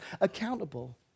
accountable